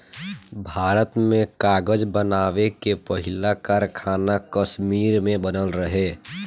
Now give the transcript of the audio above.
भारत में कागज़ बनावे के पहिला कारखाना कश्मीर में बनल रहे